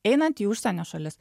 einant į užsienio šalis